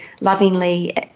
lovingly